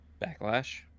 backlash